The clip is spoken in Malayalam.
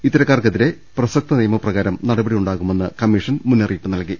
ഇത്ത രക്കാർക്കെതിരെ പ്രസക്ത നിയമപ്രകാരം നടപടി ഉണ്ടാകുമെന്ന് കമ്മീഷൻ മുന്നറിയിപ്പ് നൽകി